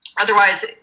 Otherwise